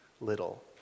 little